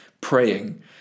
praying